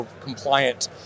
compliant